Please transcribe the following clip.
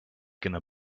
gonna